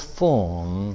form